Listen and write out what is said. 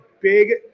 big